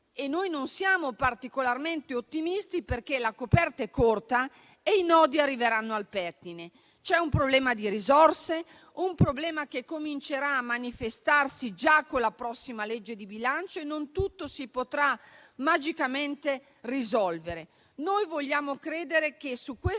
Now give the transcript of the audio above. Non siamo particolarmente ottimisti, perché la coperta è corta e i nodi arriveranno al pettine. C'è un problema di risorse, un problema che comincerà a manifestarsi già con la prossima legge di bilancio e non tutto si potrà magicamente risolvere. Noi vogliamo credere che su queste